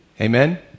Amen